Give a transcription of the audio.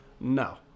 no